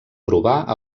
provar